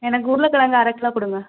எனக்கு உருளைக் கெழங்கு அரை கிலோ கொடுங்க